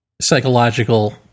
psychological